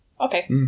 Okay